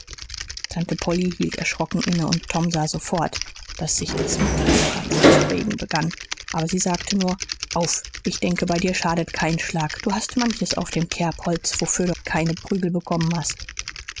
tante polly hielt erschrocken inne und tom sah sofort daß sich das mitleid bei ihr zu regen begann aber sie sagte nur auf ich denke bei dir schadet kein schlag du hast manches auf dem kerbholz wofür du keine prügel bekommen hast